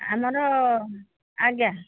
ଆମର ଆଜ୍ଞା